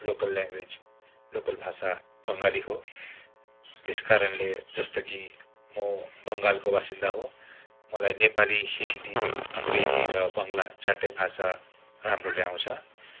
local language local भाषा बङ्गाली हो त्यसकारणले जस्तो कि म बङ्गालको वासिन्दा हो मलाई नेपाली हिन्दी अङ्ग्रेजी र बङ्ला चारवटै भाषा राम्ररी आउँछ